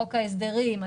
חוק ההסדרים,